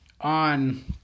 on